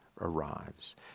arrives